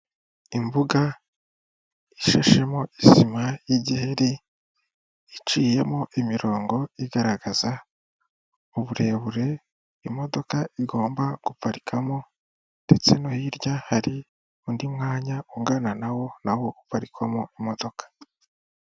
Imbuga ishashemo isima y'igiheri, iciyemo imirongo igaragaza uburebure imodoka igomba guparikamo ndetse no hirya hari undi mwanya ungana nawo, nawo uparikwamo imodoka.